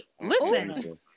Listen